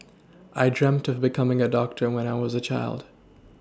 I dreamt of becoming a doctor when I was a child